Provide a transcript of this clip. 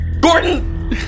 Gordon